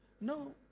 No